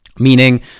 Meaning